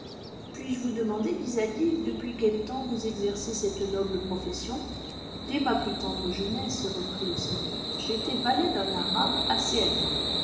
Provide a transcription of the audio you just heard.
puis-je vous demander dit zadig depuis quel temps vous exercez cette noble profession dès ma plus tendre jeunesse reprit le seigneur j'étais valet d'un arabe assez habile